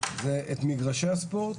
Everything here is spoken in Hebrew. זה את מגרשי הספורט,